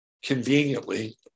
Conveniently